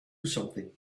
something